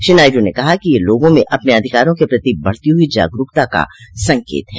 श्री नायडू ने कहा कि यह लोगों में अपने अधिकारों के प्रति बढ़ती हुई जागरूकता का संकेत है